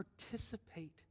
participate